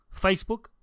Facebook